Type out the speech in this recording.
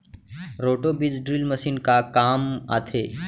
Roto बीज drill machine का काम आथे?